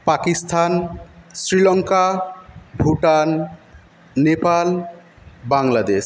Pakistan Sri Lanka Bhutan Nepal Bangladesh